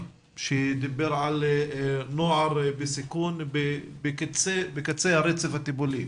שדיבר על נוער בסיכון בקצה הרצף הטיפולי,